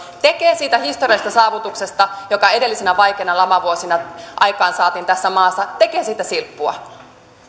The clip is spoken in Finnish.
tekee siitä historiallisesta saavutuksesta joka edellisinä vaikeina lamavuosina aikaansaatiin tässä maassa silppua